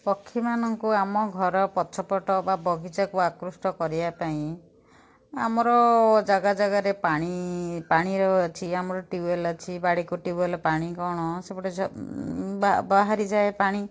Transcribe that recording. ପକ୍ଷୀମାନଙ୍କୁ ଆମ ଘର ପଛପଟ ବା ବଗିଚାକୁ ଆକୃଷ୍ଟ କରିବା ପାଇଁ ଆମର ଜାଗା ଜାଗାରେ ପାଣି ପାଣିର ଅଛି ଆମର ଟ୍ୟୁବ୍ୱେଲ୍ ଅଛି ବାଡ଼ିକୁ ଟ୍ୟୁବ୍ୱେଲ୍ ପାଣି କଣ ସେପଟେ ବାହାରି ଯାଏ ପାଣି